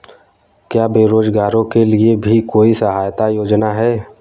क्या बेरोजगारों के लिए भी कोई सहायता योजना है?